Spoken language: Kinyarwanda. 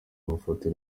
mafoto